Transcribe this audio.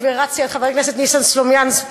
ורצתי אחרי חבר הכנסת ניסן סלומינסקי,